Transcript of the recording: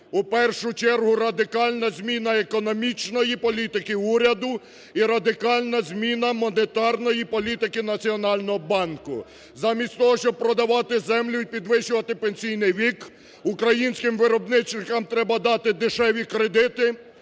У першу чергу радикальна зміна економічної політики уряду і радикальна зміна монетарної політики Національного банку. Замість того, щоб продавати землю і підвищувати пенсійний вік, українським виробничникам треба дати дешеві кредити,